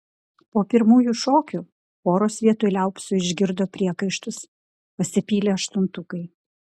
po pirmųjų šokių poros vietoj liaupsių išgirdo priekaištus pasipylė aštuntukai